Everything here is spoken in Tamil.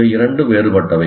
இவை இரண்டும் வேறுபட்டவை